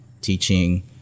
teaching